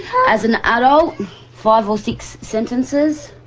as an adult, five or six sentences.